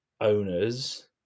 owners